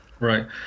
Right